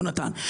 יונתן,